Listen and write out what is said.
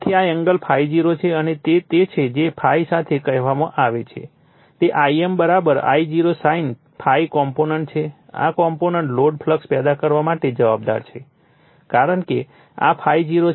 તેથી આ એંગલ ∅0 છે અને તે તે છે જે ∅ સાથે કહેવામાં આવે છે તે Im I0 sin ∅ કોમ્પોનન્ટ છે આ કોમ્પોનન્ટ લોડ ફ્લક્સ પેદા કરવા માટે જવાબદાર છે કારણ કે આ ∅0 છે